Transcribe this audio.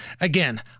again